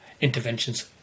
interventions